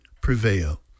prevail